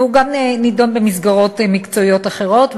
והוא גם נדון במסגרות מקצועיות אחרות.